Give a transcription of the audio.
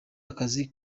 akazi